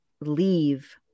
leave